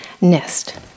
Nest